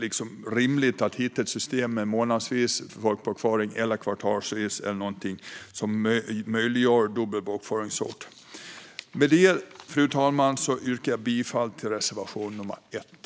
Det är rimligt att hitta ett system med folkbokföring månadsvis eller kvartalsvis som möjliggör dubbel bokföringsort. Med det, fru talman, yrkar jag bifall till reservation nummer 1.